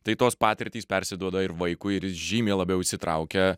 tai tos patirtys persiduoda ir vaikui ir jis žymiai labiau įsitraukia